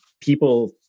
people